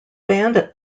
bandit